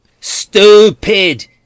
stupid